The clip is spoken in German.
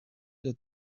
der